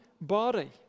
body